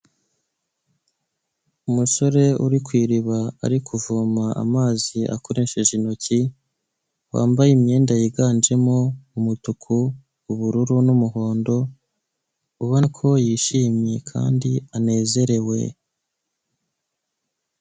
Umusore uri ku iriba ari kuvoma amazi akoresheje intoki, wambaye imyenda yiganjemo umutuku, ubururu, n'umuhondo, ubona ko yishimye, kandi anezerewe.